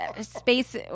space